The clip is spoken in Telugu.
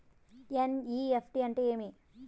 ఎన్.ఇ.ఎఫ్.టి అంటే ఏమి